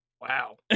Wow